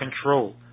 control